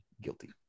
guilty